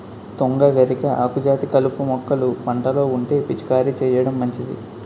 తుంగ, గరిక, ఆకుజాతి కలుపు మొక్కలు పంటలో ఉంటే పిచికారీ చేయడం మంచిది